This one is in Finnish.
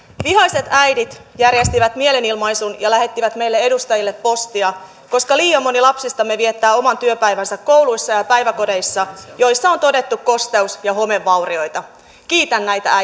vihaiset äidit järjestivät mielenilmaisun ja lähettivät meille edustajille postia koska liian moni lapsistamme viettää oman työpäivänsä kouluissa ja päiväkodeissa joissa on todettu kosteus ja homevaurioita kiitän näitä